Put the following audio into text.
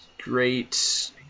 great